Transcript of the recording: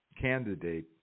candidate